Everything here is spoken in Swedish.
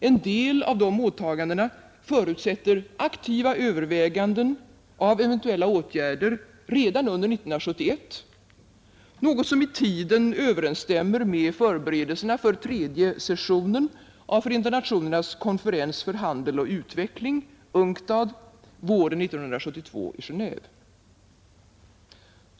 En del av dessa åtaganden förutsätter aktiva överväganden av eventuella åtgärder redan under 1971, något som i tiden överensstämmer med förberedelserna för tredje sessionen av UNCTAD, FN s konferens för handel och utveckling, våren 1972 i Genéve.